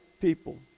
people